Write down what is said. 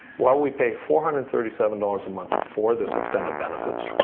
well, we pay four hundred and thirty seven dollars a month for this extended benefits,